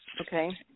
Okay